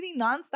nonstop